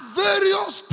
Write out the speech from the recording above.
various